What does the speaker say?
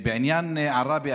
בעניין עראבה,